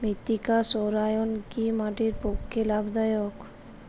মৃত্তিকা সৌরায়ন কি মাটির পক্ষে লাভদায়ক?